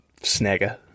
snagger